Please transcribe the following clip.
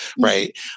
right